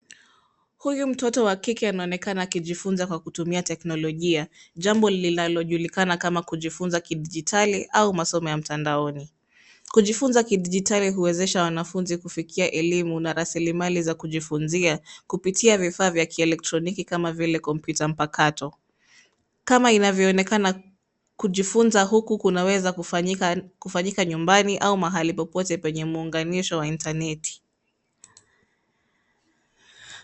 Kijana wa KKN anaonekana akijifunza kwa kutumia teknolojia, jambo linalojulikana kama kujifunza kidijitali au masomo ya mtandaoni. Kujifunza kidijitali huwasaidia wanafunzi kupata elimu na rasilimali za kujifunzia kupitia vifaa vya kielektroniki kama kompyuta mpakato. Kama inavyoonekana, kujifunza huku kunaweza kufanyika nyumbani au mahali popote penye muunganisho wa intaneti.